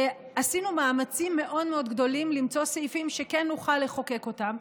עשינו מאמצים מאוד מאוד גדולים למצוא סעיפים שכן נוכל לחוקק אותם,